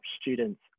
students